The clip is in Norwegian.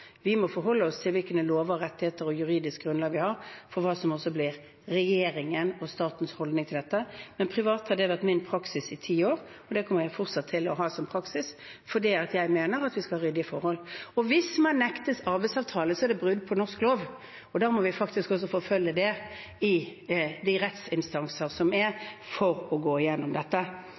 må forholde oss til hvilke lover og rettigheter og hvilket juridisk grunnlag vi har for hva som blir regjeringens og statens holdning til dette, men privat har det vært min praksis i ti år, og det kommer jeg fortsatt til å ha som praksis fordi jeg mener at vi skal ha ryddige forhold. Hvis man er nektet arbeidsavtale, er det brudd på norsk lov, og da må vi faktisk forfølge det i de rettsinstanser som er, for å gå igjennom dette.